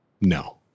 No